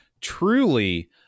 truly